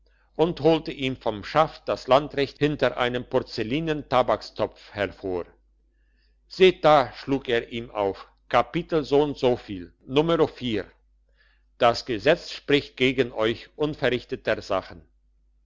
und holte ihm vom schaft das landrecht hinter einem porzellinen tabakstopf hervor seht da schlug er ihm auf kapitel soundsoviel numero vier das gesetz spricht gegen euch unverrichteter sachen